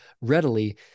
readily